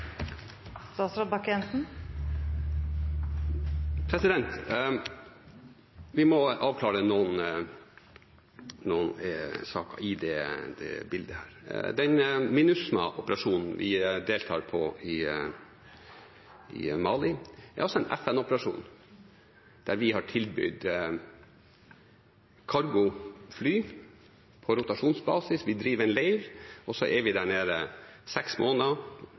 Vi må avklare noen saker i dette bildet. Den MINUSMA-operasjonen vi deltar på i Mali er altså en FN-operasjon der vi har tilbudt cargofly på rotasjonsbasis, vi driver en leir, og så er vi der nede seks måneder